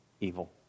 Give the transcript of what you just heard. Evil